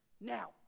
Now